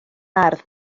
ardd